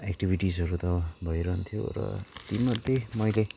एक्टिभिटिजहरू त भइरहन्थ्यो र तीमध्ये मैले